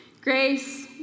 Grace